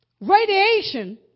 radiation